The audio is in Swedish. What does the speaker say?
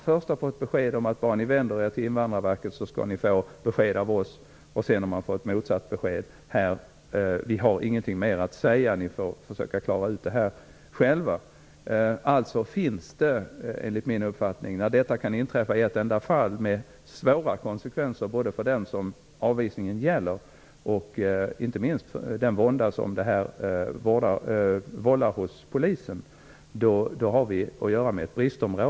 Först har det hetat att Invandrarverket skall ge besked. Sedan har motsatt besked givits. Invandrarverket har inte haft mer att säga och man har fått klara sig själv. Det är fråga om stora brister när det kan inträffa ett enda fall med svåra konsekvenser både för den avvisade och inte minst den vånda som vållas hos polisen.